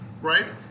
right